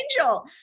angel